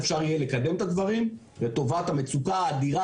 אפשר יהיה לקדם את הדברים לטובת המצוקה האדירה